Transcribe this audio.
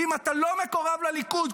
ואם אתה לא מקורב לליכוד,